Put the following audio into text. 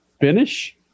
finish